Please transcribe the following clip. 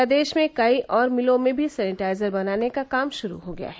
प्रदेश में कई और मिलों में भी सैनिटाइजर बनाने का काम शुरू हो गया है